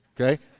okay